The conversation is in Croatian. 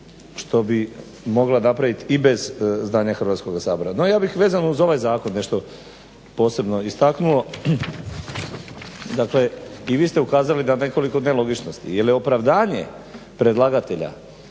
što bi mogla napravit i bez znanja Hrvatskoga sabora. No, ja bih vezano uz ovaj zakon nešto posebno istaknuo. Dakle, i vi ste ukazali na nekoliko nelogičnosti. Jel' je opravdanje predlagatelja